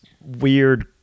weird